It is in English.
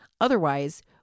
Otherwise